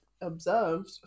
observed